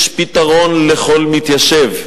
יש פתרון לכל מתיישב,